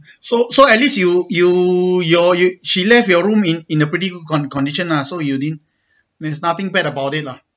so so at least you you your you she left your room in in a pretty good con~ condition lah so you didn't that's nothing bad about it lah